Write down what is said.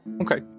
Okay